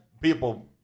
people